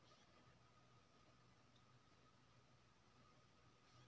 अपन लोन बंद करब त टोटल कत्ते जमा करे परत?